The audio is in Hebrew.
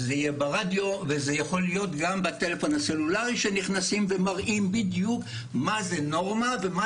ברדיו וגם בטלפון הסלולרי שנכנסים ומראים בדיוק מה זה נורמה ומה